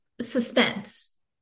suspense